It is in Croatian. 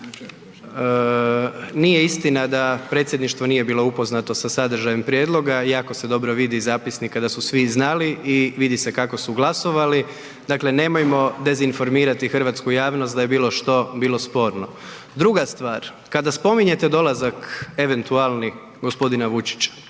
Nije istina da predsjedništvo nije bilo upoznato sa sadržajem prijedloga, jako se dobro vidi iz zapisnika da su svi znali i vidi se kako su glasovali. Dakle nemojmo dezinformirati hrvatsku javnost da je bilo što bilo sporno. Druga stvar, kada spominjete dolazak eventualni g. Vučića